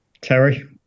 Terry